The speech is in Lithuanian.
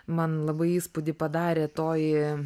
man labai įspūdį padarė toji